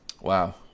wow